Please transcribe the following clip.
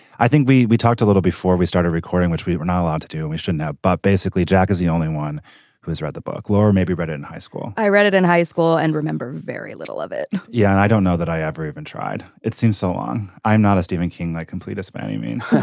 i think we we talked a little before we started recording which we were not allowed to do and we shouldn't have. but basically jack is the only one who's read the book law or maybe read it in high school i read it in high school and remember very little of it yeah. and i don't know that i ever even tried it seems so on. i'm not a stephen king they like complete us by any means.